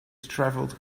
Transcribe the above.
travelled